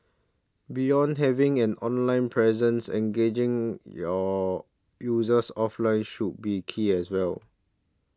beyond having an online presence engaging your users offline should be key as well